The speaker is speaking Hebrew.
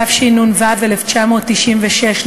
התשנ"ו 1996,